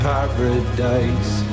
Paradise